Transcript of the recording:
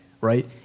right